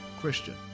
Christian